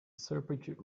serpent